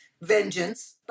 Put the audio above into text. Vengeance